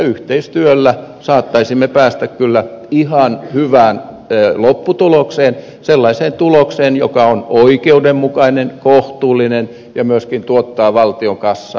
yhteistyöllä saattaisimme kyllä päästä ihan hyvään lopputulokseen sellaiseen tulokseen joka on oikeudenmukainen kohtuullinen ja myöskin tuottaa valtion kassaan rahaa